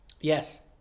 Yes